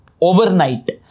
overnight